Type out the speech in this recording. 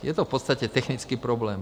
Je to v podstatě technický problém.